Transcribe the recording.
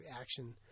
action